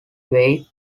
weighed